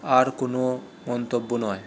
আর কোনও মন্তব্য নয়